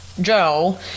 Joe